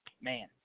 man